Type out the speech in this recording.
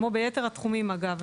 כמו ביתר התחומים אגב,